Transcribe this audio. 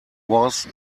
was